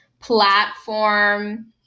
platform